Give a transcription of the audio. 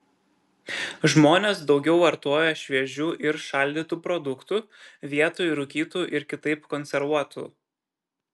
žmonės daugiau vartoja šviežių ir šaldytų produktų vietoj rūkytų ir kitaip konservuotų